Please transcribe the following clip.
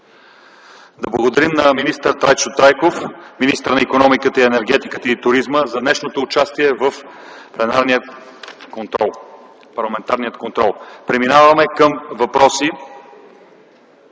Да благодарим на министър Трайчо Трайков – министър на икономиката, енергетиката и туризма, за днешното му участие в парламентарния контрол. Преминаваме към въпроси